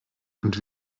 und